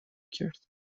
کرد